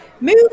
Move